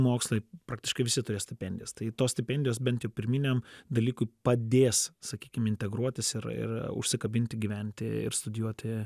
mokslai praktiškai visi turės stipendijas tai tos stipendijos bent jau pirminiam dalykui padės sakykim integruotis ir ir užsikabinti gyventi ir studijuoti